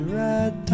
red